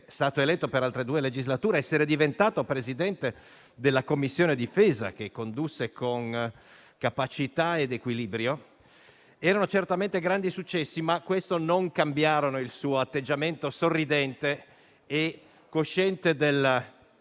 stato eletto per altre due legislature ed essere diventato presidente della Commissione difesa, che condusse con capacità ed equilibrio. Erano certamente grandi successi, ma non cambiarono il suo atteggiamento sorridente e cosciente della